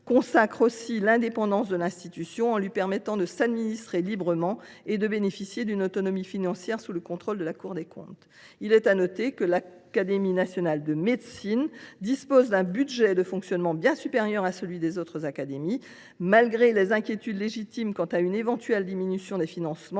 consacre aussi l’indépendance de l’institution : elle lui permet de s’administrer librement et de bénéficier d’une autonomie financière, sous le contrôle de la Cour des comptes. Il est à noter que l’Académie nationale de médecine dispose d’un budget de fonctionnement bien supérieur à celui des autres académies. Malgré les inquiétudes légitimes quant à une éventuelle diminution de ses financements,